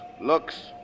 looks